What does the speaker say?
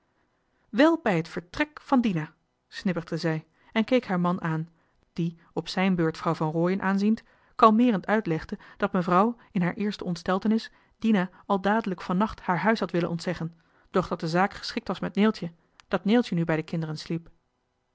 bij het vertrèk van dina snibbigde zij en keek haar man aan die op zijn beurt vrouw van rooien aanziend kalmeerend uitlegde dat mevrouw in haar eerste ontsteltenis dina al dadelijk van nacht haar huis had willen ontzeggen doch dat de zaak geschikt was met neeltje dat neeltje nu bij de kinderen sliep